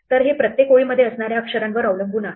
तर हे प्रत्येक ओळी मध्ये असणाऱ्या अक्षरांवर अवलंबून आहे